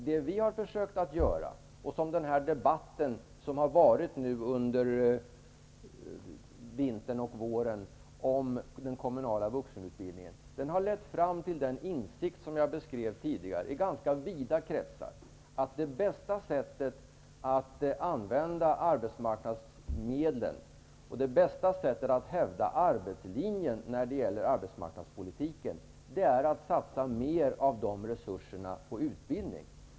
Den här debatten, som har förts nu under vintern och våren om den kommunala vuxenutbildningen, har lett fram till en insikt i ganska vida kretsar om att det bästa sättet att använda arbetsmarknadsmedlen, och det bästa sättet att hävda arbetslinjen i arbetsmarknadspolitiken, är att satsa mer av de resurserna på utbildning.